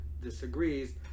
disagrees